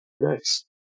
nice